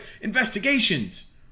Investigations